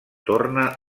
torna